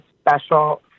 special